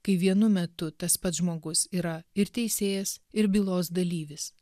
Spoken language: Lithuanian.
kai vienu metu tas pats žmogus yra ir teisėjas ir bylos dalyvis